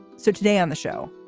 so today on the show,